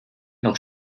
noch